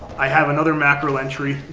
i have another mackerel entry.